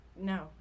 no